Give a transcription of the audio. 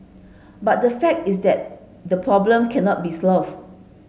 but the fact is that the problem cannot be solved